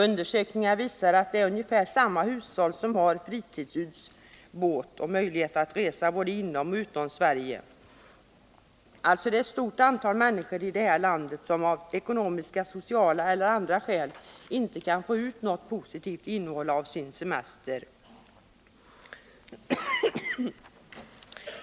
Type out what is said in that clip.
Undersökningar visar att det är ungefär samma hushåll som har fritidshus, båt och möjligheter att resa både inom och utom Sverige. Det är alltså ett stort antal människor i detta land som av ekonomiska, sociala eller andra skäl inte får ut något positivt av sin semester.